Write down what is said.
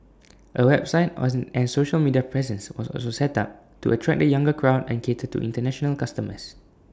A website oils and social media presence was also set up to attract the younger crowd and cater to International customers